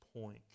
point